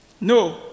No